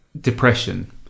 depression